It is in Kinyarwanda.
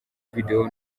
video